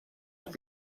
have